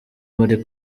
muri